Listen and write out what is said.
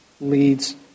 leads